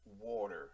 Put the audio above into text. water